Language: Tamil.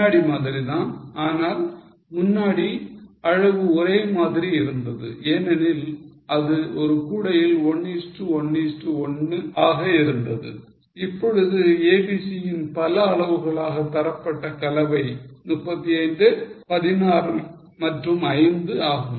முன்னாடி மாதிரிதான் ஆனால் முன்னாடி அளவு ஒரே மாதிரி இருந்தது ஏனெனில் அது ஒரு கூடையில் 1 is to 1 is to 1 ஆக இருந்தது இப்பொழுது A B C ன் பல அளவுகளாக தரப்பட்ட கலவை 35 16 மற்றும் 5 ஆகும்